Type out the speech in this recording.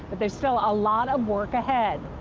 but there is still a lot of work ahead.